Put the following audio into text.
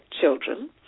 children